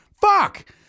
Fuck